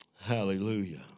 Hallelujah